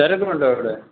തിരക്കുണ്ടോ അവിടെ